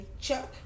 Chuck